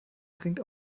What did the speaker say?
trinkt